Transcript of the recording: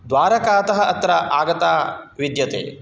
द्वारकातः अत्र आगता विद्यते